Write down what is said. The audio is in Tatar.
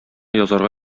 язарга